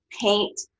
paint